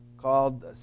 called